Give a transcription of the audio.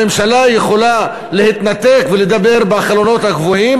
הממשלה יכולה להתנתק ולדבר בחלונות הגבוהים,